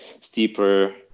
steeper